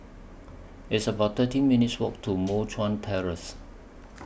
It's about thirteen minutes' Walk to Moh Cuan Terrace